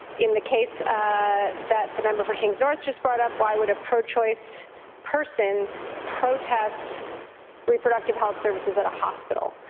in the case that the member for kings north just brought up why would a pro-choice person protest reproductive health services at a hospital.